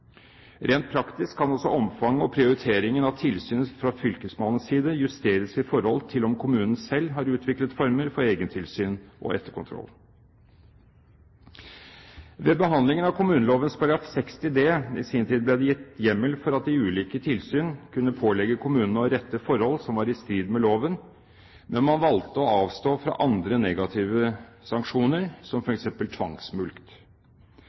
Rent praktisk kan også omfanget og prioriteringen av tilsyn fra fylkesmannens side justeres i forhold til om kommunen selv har utviklet former for egentilsyn og etterkontroll. Ved behandlingen av kommuneloven § 60d i sin tid ble det gitt hjemmel for at de ulike tilsyn kunne pålegge kommunene å rette forhold som var i strid med loven, men man valgte å avstå fra andre negative sanksjoner som f.eks. tvangsmulkt.